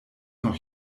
noch